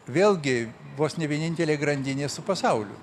vėlgi vos ne vienintelė grandinė su pasauliu